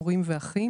הורים ואחים.